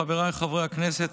חבריי חברי הכנסת,